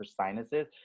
sinuses